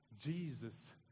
Jesus